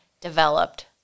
developed